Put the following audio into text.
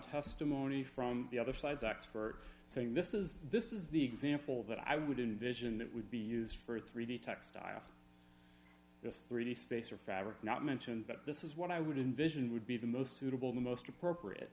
testimony from the other side sachs for saying this is this is the example that i would invision that would be used for three d textile this three d space or fabric not mention that this is what i would envision would be the most suitable the most appropriate